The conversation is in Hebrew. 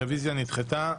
הרביזיה נדחתה.